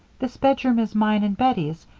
this bedroom is mine and bettie's,